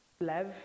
love